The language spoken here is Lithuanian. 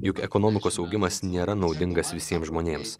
juk ekonomikos augimas nėra naudingas visiems žmonėms